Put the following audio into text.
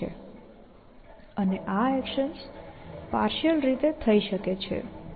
અને આ actions partial રીતે થઈ શકે છે